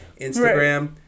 Instagram